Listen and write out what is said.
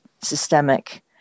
systemic